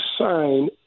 sign